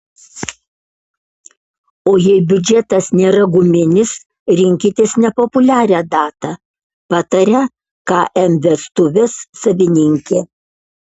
o jei biudžetas nėra guminis rinkitės nepopuliarią datą pataria km vestuvės savininkė